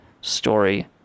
story